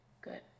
Good